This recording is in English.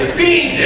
be